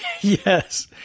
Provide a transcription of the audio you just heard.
Yes